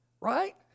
right